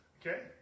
Okay